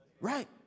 right